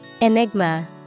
Enigma